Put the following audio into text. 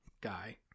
guy